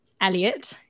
Elliot